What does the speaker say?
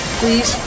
please